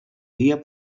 dia